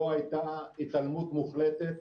פה הייתה התעלמות מוחלטת,